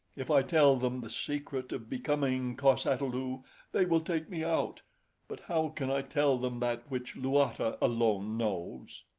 if i tell them the secret of becoming cos-ata-lu they will take me out but how can i tell them that which luata alone knows?